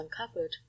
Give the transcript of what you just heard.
uncovered